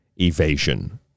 evasion